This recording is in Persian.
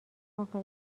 آقا